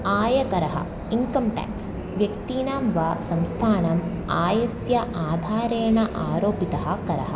आयकरः income tax व्यक्तीनां वा संस्थानम् आयस्य आधारेण आरोपितः करः